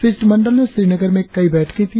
शिष्टमंडल ने श्रीनगर में कई बैठकें की